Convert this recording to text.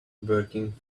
working